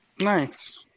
Nice